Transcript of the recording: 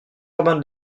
urbain